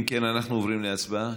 אם כן, אנחנו עוברים להצבעה.